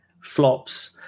flops